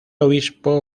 obispo